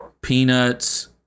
peanuts